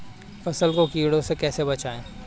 फसल को कीड़ों से कैसे बचाएँ?